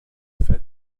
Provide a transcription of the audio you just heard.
fait